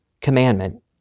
commandment